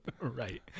Right